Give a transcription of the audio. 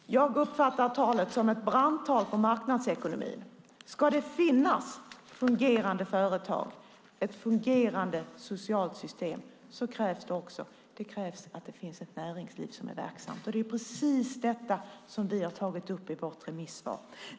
Herr talman! Jag uppfattar inlägget som ett brandtal för marknadsekonomin. Ska det finnas fungerande företag, ett fungerande socialt system, krävs ett näringsliv som är verksamt. Det är just det som vi har tagit upp i vårt remissvar.